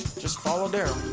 just follow daryl.